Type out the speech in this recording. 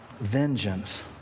vengeance